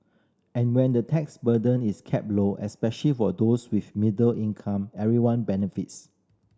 and when the tax burden is kept low especial for those with middle income everyone benefits